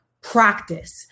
practice